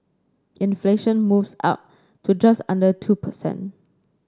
inflation moves up to just under two per cent